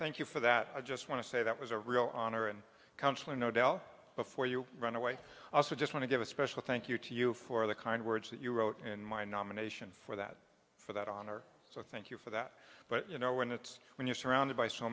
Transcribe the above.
thank you for that i just want to say that was a real honor and counselor no doubt before you run away also just want to give a special thank you to you for the kind words that you wrote in my nomination for that for that honor so thank you for that but you know when it's when you're surrounded by so